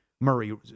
Murray